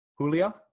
Julia